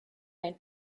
ein